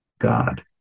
God